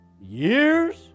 years